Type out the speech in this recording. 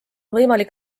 võimalik